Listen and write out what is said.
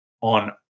on